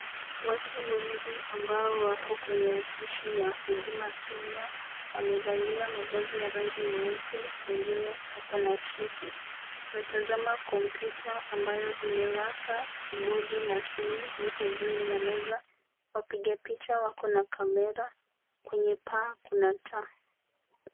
Watu wengi ambao wako kwenye ofisi ya huduma Kenya wamevalia mavazi ya rangi nyeupe wengine wako na suti, wanatazama kompyuta amabayo imewaka kimondi na simu zipo juu ya meza wapiga picha wako na kamera kwenye paa kuna taa.